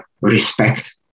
respect